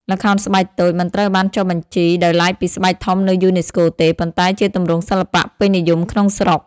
ល្ខោនស្បែកតូច មិនត្រូវបានចុះបញ្ជីដោយឡែកពីស្បែកធំនៅយូណេស្កូទេ ប៉ុន្តែជាទម្រង់សិល្បៈពេញនិយមក្នុងស្រុក។